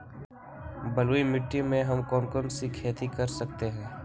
बलुई मिट्टी में हम कौन कौन सी खेती कर सकते हैँ?